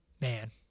Man